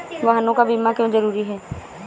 वाहनों का बीमा क्यो जरूरी है?